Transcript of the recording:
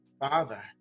Father